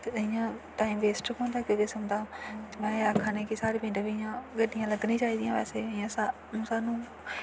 ते इ'यां time waste गै होंदा इक किसम दा में आखनीं कि साढ़े पिंड बी इ'यां गड्डियां लगनियां चाहि दियां बैसे इ'यां सानूं